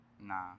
Nah